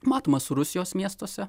matomas rusijos miestuose